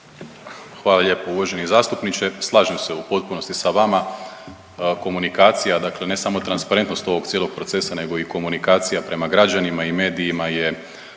Hvala lijepo uvaženi zastupniče, slažem se u potpunosti sa vama. Komunikacija, dakle ne samo transparentnost ovog cijelog procesa nego i komunikacija prema građanima i medijima je